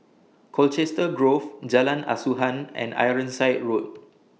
Colchester Grove Jalan Asuhan and Ironside Road